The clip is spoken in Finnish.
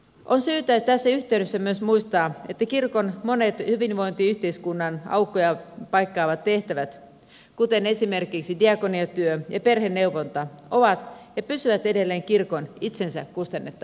on syytä tässä yhteydessä myös muistaa että kirkon monet hyvinvointiyhteiskunnan aukkoja paikkaavat tehtävät kuten esimerkiksi diakoniatyö ja perheneuvonta ovat ja pysyvät edelleen kirkon itsensä kustannettavina